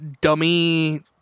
dummy